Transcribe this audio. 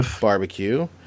Barbecue